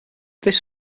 this